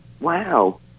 wow